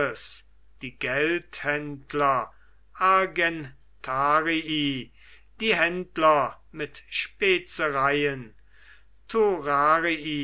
die geldhändler argentarii die händler mit spezereien